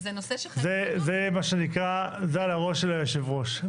זה מה שנקרא, זה על הראש של יושב הראש.